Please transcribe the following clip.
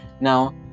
Now